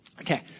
Okay